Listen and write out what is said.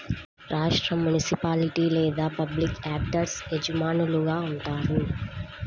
రాష్ట్రం, మునిసిపాలిటీ లేదా పబ్లిక్ యాక్టర్స్ యజమానులుగా ఉంటారు